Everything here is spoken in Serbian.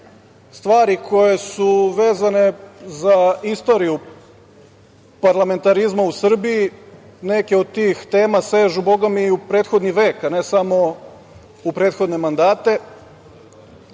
stvari koje su vezane za istoriju parlamentarizma u Srbiji. Neke od tih tema sežu bogami i u prethodni vek, a ne samo u prethodne mandate.